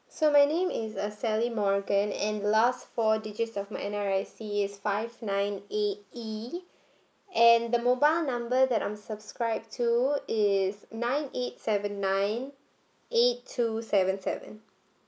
so my name is uh sally morgan and the last four digits of my N_R_I_C is five nine eight E and the mobile number that I'm subscribe to is nine eight seven nine eight two seven seven